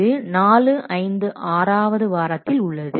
இது 4 5 ஆறாவது வாரத்தில் உள்ளது